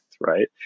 right